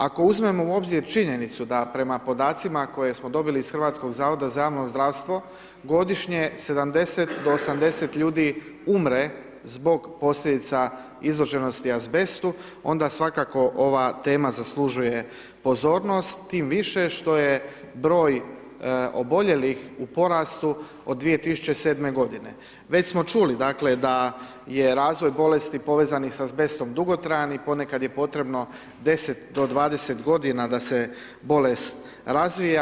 Ako uzmemo u obzir činjenicu da prema podacima koje smo dobili iz Hrvatskog zavoda za javno zdravstvo, godišnje 70 do 80 ljudi umre zbog posljedica izloženosti azbestu onda svakako ova tema zaslužuje pozornost tim više što je broj oboljelih u porastu od 2007. godine već smo čuli dakle da je razvoj bolesti povezan i sa azbestom dugotrajan i ponekad je potrebno 10 do 20 godina da se bolest razvija.